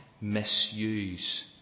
misuse